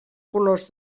colors